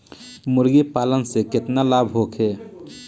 मुर्गीपालन से केतना लाभ होखे?